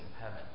heaven